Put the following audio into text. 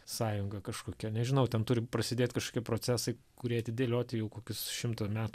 sąjunga kažkokia nežinau ten turi prasidėti kažkokie procesai kurie atidėlioti jau kokius šimtą metų